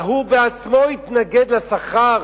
והוא בעצמו התנגד לשכר